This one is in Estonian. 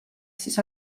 siis